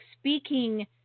speaking